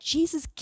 Jesus